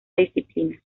disciplina